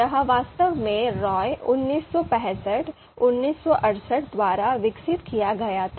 यह वास्तव में रॉय 1965 1968 द्वारा विकसित किया गया था